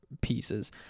pieces